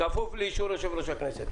כפוף לאישור יושב-ראש הכנסת.